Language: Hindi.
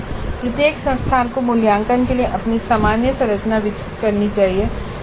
प्रत्येक संस्थान को मूल्यांकन के लिए अपनी सामान्य संरचना विकसित करनी चाहिए